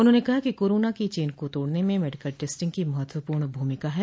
उन्होंने कहा कि कोरोना की चेन को तोड़न में मेडिकल टेस्टिंग की महत्वपूर्ण भूमिका है